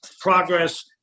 progress